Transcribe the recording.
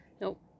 Nope